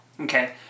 Okay